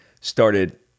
started